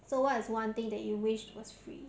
so what is one thing that you wish was free